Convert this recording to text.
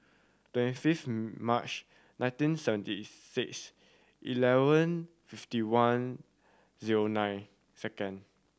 twenty fifth March nineteen seventy six eleven fifty one zero nine second